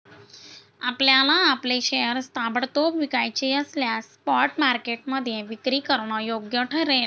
आपल्याला आपले शेअर्स ताबडतोब विकायचे असल्यास स्पॉट मार्केटमध्ये विक्री करणं योग्य ठरेल